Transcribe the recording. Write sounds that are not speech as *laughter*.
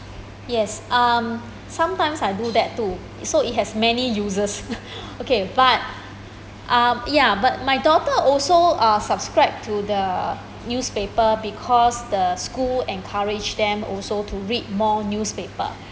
yes um sometimes I do that too so it has many uses *breath* okay but um ya but my daughter also uh subscribe to the newspaper because the school encourage them also to read more newspaper